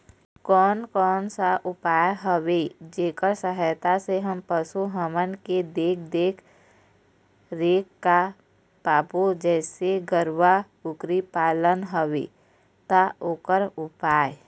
कोन कौन सा उपाय हवे जेकर सहायता से हम पशु हमन के देख देख रेख कर पाबो जैसे गरवा कुकरी पालना हवे ता ओकर उपाय?